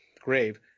grave